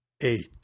Eight